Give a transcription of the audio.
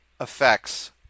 effects